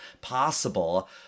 possible